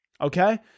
Okay